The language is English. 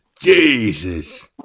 Jesus